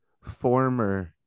former